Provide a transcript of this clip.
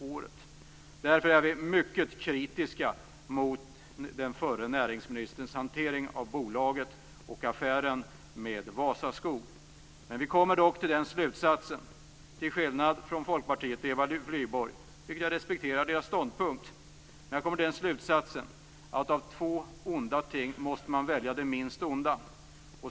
Vi är mycket kritiska mot den förre näringsministerns hantering av bolaget och av affären med Vasaskog, men vi kommer dock fram till en annan ståndpunkt än Folkpartiets Eva Flyborg. Jag respekterar hennes ståndpunkt, men jag kommer fram till den slutsatsen att man av två ting måste välja det minst onda.